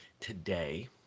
Today